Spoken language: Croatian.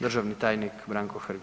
Državni tajnik Branko Hrg.